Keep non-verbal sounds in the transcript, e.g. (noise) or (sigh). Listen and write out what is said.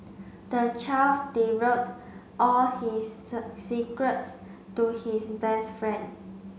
the child (unintelligible) all his (unintelligible) secrets to his best friend